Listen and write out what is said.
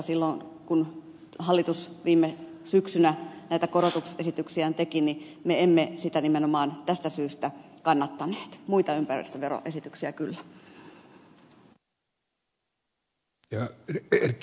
silloin kun hallitus viime syksynä näitä korotusesityksiään teki me emme sitä nimenomaan tästä syystä kannattaneet muita ympäristöveroesityksiä kyllä